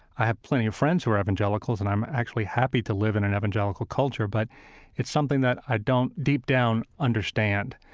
i have plenty of friends who are evangelicals and i'm actually happy to live in an evangelical culture, but it's something that i don't, deep down, understand.